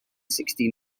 sixty